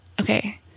Okay